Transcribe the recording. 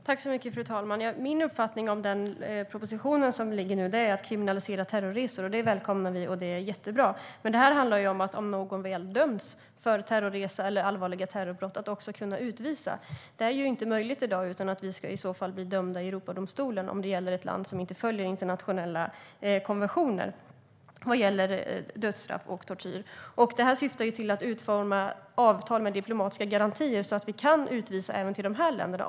Fru talman! Min uppfattning är att propositionen handlar om att kriminalisera terrorism. Det välkomnar vi; det är jättebra. Men min fråga gällde att om någon väl dömts för terrorresa eller allvarliga terrorbrott ska denne kunna utvisas. Det är inte möjligt i dag utan att vi i så fall blir dömda i Europadomstolen, om det gäller ett land som inte följer internationella konventioner vad gäller dödsstraff och tortyr. Vi måste utforma avtal med diplomatiska garantier så att vi kan utvisa även till dessa länder.